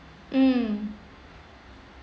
mm